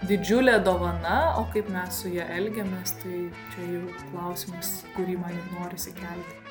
didžiulė dovana o kaip mes su ja elgiamės tai čia jau klausimas kurį man norisi kelti